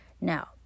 Now